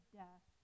death